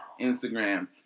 Instagram